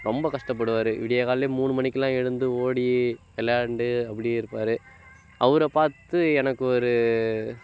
ரொம்ப கஷ்டப்படுவார் விடியற்காலையிலே மூணு மணிக்கெல்லாம் எழுந்து ஓடி விளாண்டு அப்படி இருப்பார் அவரை பார்த்து எனக்கு ஒரு